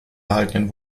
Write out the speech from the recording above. erhaltenen